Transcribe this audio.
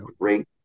great